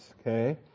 okay